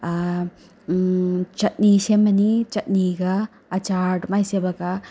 ꯆꯠꯅꯤ ꯁꯦꯝꯃꯅꯤ ꯆꯠꯅꯤꯒ ꯑꯆꯥꯔꯗꯨꯃꯥꯏꯅ ꯁꯦꯝꯃꯒ